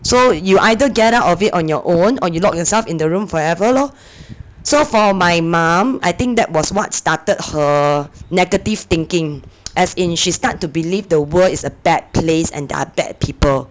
so you either get out of it on your own or you lock yourself in the room forever lor so for my mom I think that was what started her negative thinking as in she start to believe the world is a bad place and there are bad people